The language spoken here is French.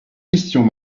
questions